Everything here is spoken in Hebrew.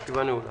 הישיבה נעולה.